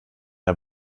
der